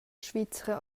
svizra